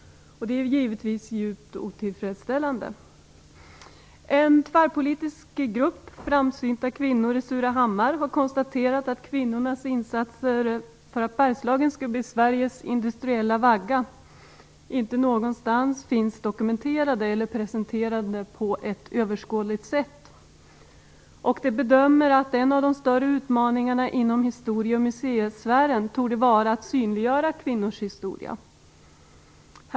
Det är givetvis djupt otillfredsställande. En tvärpolitisk grupp framsynta kvinnor i Surahammar har konstaterat att kvinnornas insatser för att Bergslagen skulle bli Sveriges industriella vagga inte finns dokumenterade eller presenterade på ett överskådligt sätt någonstans. De bedömer att en av de större utmaningarna inom historie och museisfären torde vara att synliggöra kvinnors historia.